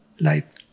life